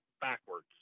backwards